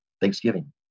Thanksgiving